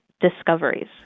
discoveries